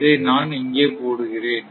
அதை நான் இங்கே போடுகிறேன்